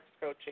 coaching